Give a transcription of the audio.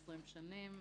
מ-20 שנים.